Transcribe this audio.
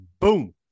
boom